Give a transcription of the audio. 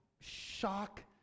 shock